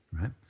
right